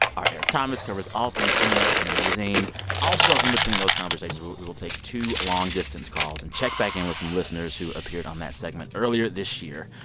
r. eric thomas covers all things internet and amazing also, in between those conversations, we will take two long-distance calls and check back in with some listeners who appeared on that segment earlier this year.